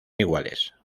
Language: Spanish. iguales